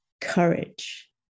courage